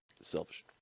Selfish